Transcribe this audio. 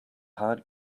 heart